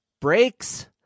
brakes